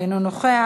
אינו נוכח.